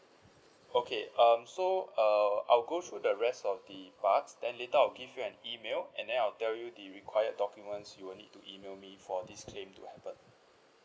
okay um so err I'll go through the rest of the parts then later I'll give you an email and then I'll tell you the required documents you will need to email me for this claim to happen